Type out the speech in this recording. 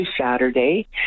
Saturday